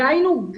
דהיינו,